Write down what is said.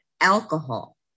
alcohol